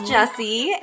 Jesse